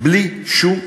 בלי שום